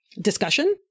discussion